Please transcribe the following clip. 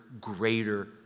greater